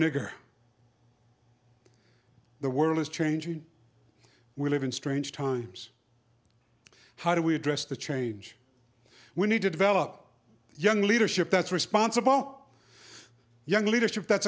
nigger the world is changing we live in strange times how do we address the change we need to develop young leadership that's responsible young leadership that's